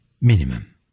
Minimum